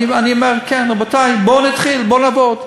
אני אומר, כן, רבותי, בואו נתחיל, בואו נעבוד.